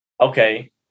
okay